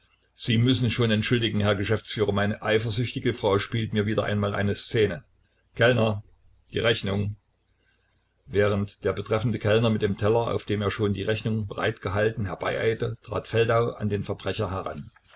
sie müssen schon entschuldigen herr geschäftsführer meine eifersüchtige frau spielt mir wieder einmal eine szene kellner die rechnung während der betreffende kellner mit dem teller auf dem er schon die rechnung bereitgehalten herbeieilte trat feldau an den verbrecher heran